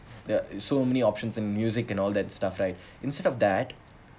there are so many options and music and all that stuff right instead of that